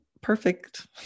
perfect